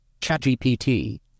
ChatGPT